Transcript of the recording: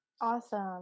awesome